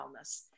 wellness